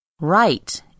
Right